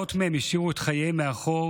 מאות מהם השאירו את חייהם מאחור